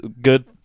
good